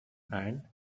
and